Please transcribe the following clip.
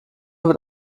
wird